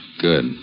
Good